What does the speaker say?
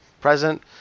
present